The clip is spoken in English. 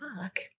fuck